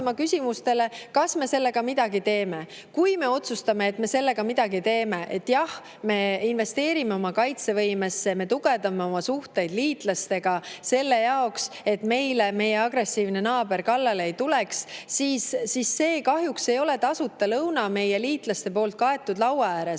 kas me sellega midagi teeme. Kui me otsustame, et me sellega midagi teeme – jah, me investeerime oma kaitsevõimesse, me tugevdame oma suhteid liitlastega selle jaoks, et meie agressiivne naaber meile kallale ei tuleks –, siis see kahjuks ei ole tasuta lõuna meie liitlaste poolt kaetud laua ääres,